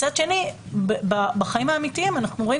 מצד שני בחיים האמיתיים אנחנו רואים